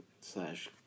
slash